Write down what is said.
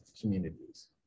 communities